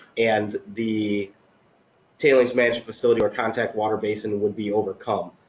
and the tailings management facility or contact water basin would be overcome.